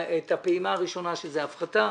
את הפעימה הראשונה שהיא הפחתה,